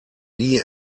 nie